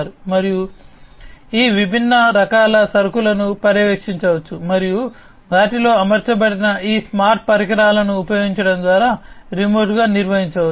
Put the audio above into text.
మరియు ఈ విభిన్న రకాల సరుకులను పర్యవేక్షించవచ్చు మరియు వాటిలో అమర్చబడిన ఈ స్మార్ట్ పరికరాలను ఉపయోగించడం ద్వారా రిమోట్గా నిర్వహించవచ్చు